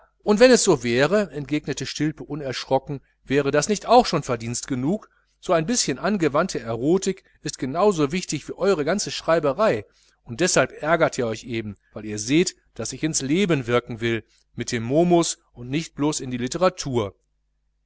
und wenn es so wäre entgegnete stilpe unerschrocken wäre das nicht auch schon verdienst genug so ein bischen angewandte erotik ist genau so wichtig wie eure ganze schreiberei und deshalb ärgert ihr euch eben weil ihr seht daß ich ins leben wirken will mit dem momus und nicht blos in die literatur